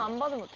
um mother,